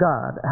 God